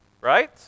right